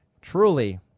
Truly